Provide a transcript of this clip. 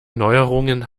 neuerungen